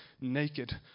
naked